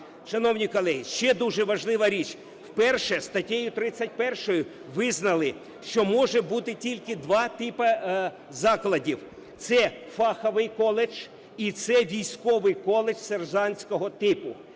Шановні колеги, ще дуже важлива річ: вперше статтею 31 визнали, що може бути тільки два типи закладів - це фаховий коледж і це військовий коледж сержантського типу.